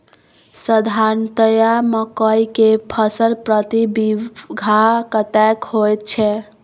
साधारणतया मकई के फसल प्रति बीघा कतेक होयत छै?